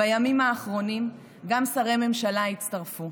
בימים האחרונים גם שרי ממשלה הצטרפו.